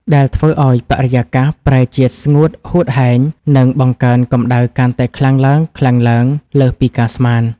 ដែលធ្វើឱ្យបរិយាកាសប្រែជាស្ងួតហួតហែង និងបង្កើនកម្ដៅកាន់តែខ្លាំងឡើងៗលើសពីការស្មាន។